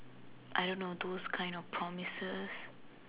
I don't know those kind of promises